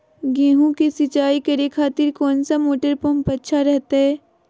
गेहूं के सिंचाई करे खातिर कौन सा मोटर पंप अच्छा रहतय?